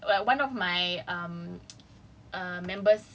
no but the thing is okay like like one of my um